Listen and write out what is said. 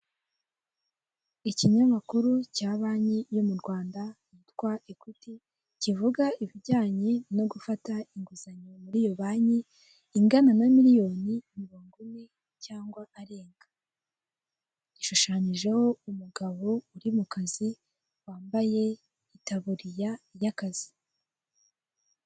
Ikinyamakuru cya banki yo mu Rwanda yitwa ekwiti, kivuga ibijyanye no gufata inguzanyo muri iyo banki ingana na miliyoni mirongo ine cyangwa arenga, gishushanyijeho umugabo uri mu kazi wambaye itaburiya y'akazi.